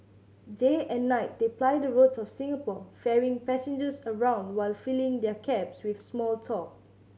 day and night they ply the roads of Singapore ferrying passengers around while filling their cabs with small talk